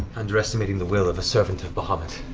underestimating the will of a servant of bahamut.